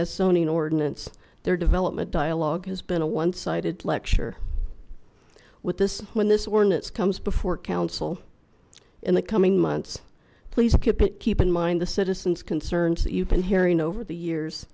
zoning ordinance their development dialogue has been a one sided lecture with this when this ordinance comes before council in the coming months please keep it keep in mind the citizens concerns that you've been hearing over the years